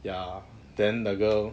ya then the girl